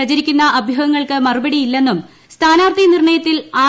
പ്രചരിക്കുന്ന അഭ്യുഹങ്ങൾക്ക് മറുപടിയില്ലെന്നും സ്ഥാനാർഥി നിർണയത്തിൽ ആർ